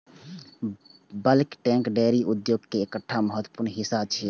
bulk tank dairy उद्योग के एकटा महत्वपूर्ण हिस्सा छियै